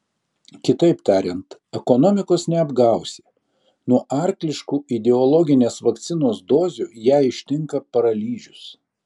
kitaip tariant ekonomikos neapgausi nuo arkliškų ideologinės vakcinos dozių ją ištinka paralyžius